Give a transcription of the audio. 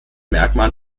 merkmalen